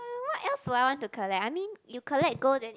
uh what else do I want to collect I mean you collect gold then